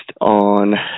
on